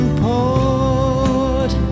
port